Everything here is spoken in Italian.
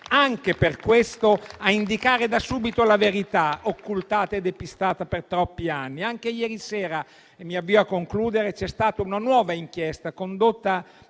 anche per questo, a indicare da subito la verità, occultata e depistata per troppi anni. Anche ieri sera - mi avvio a concludere - c'è stata una nuova inchiesta, condotta